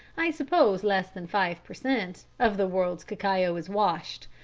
i suppose less than five per cent, of the world's cacao is washed,